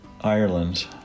Ireland